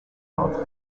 both